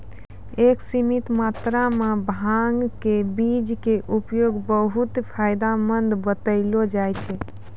एक सीमित मात्रा मॅ भांग के बीज के उपयोग बहु्त फायदेमंद बतैलो जाय छै